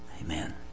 amen